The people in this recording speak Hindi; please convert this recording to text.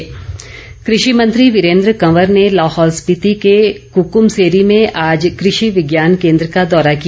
कृषि मंत्री कृषि मंत्री वीरेन्द्र कंवर ने लाहौल स्पीति के क्क्मसेरी में आज कृषि विज्ञान केन्द्र का दौरा किया